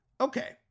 Okay